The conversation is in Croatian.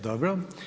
Dobro.